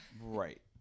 Right